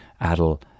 Adel